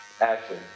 Action